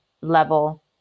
level